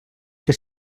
que